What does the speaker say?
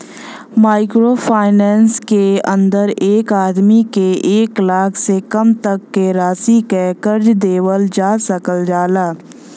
micro finance के अंदर एक आदमी के एक लाख से कम तक क राशि क कर्जा देवल जा सकल जाला